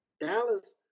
Dallas